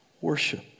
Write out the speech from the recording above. Worship